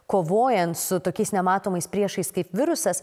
kovojant su tokiais nematomais priešais kaip virusas